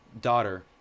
daughter